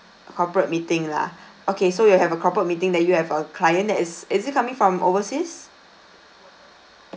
corporate meeting lah okay so you have a corporate meeting that you have a client that is is it coming from overseas